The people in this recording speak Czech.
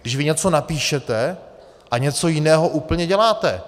Když vy něco napíšete a něco jiného úplně děláte.